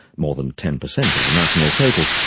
more than ten percent of the national total,